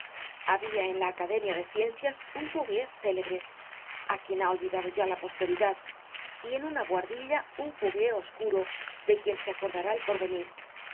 habia en la academia de ciencias un fourier célebre á quien ha olvidado ya la posteridad y en una bohardilla un fourier oscuro de quien se acordará el porvenir